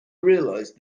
realized